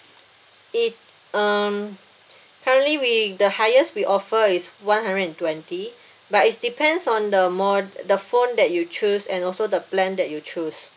it um currently we the highest we offer is one hundred and twenty but it's depends on the mo~ the phone that you choose and also the plan that you choose